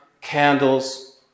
candles